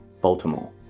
baltimore